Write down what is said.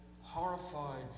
horrified